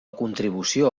contribució